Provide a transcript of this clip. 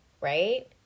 right